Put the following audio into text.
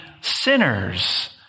sinners